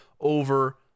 over